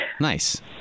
Nice